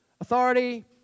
authority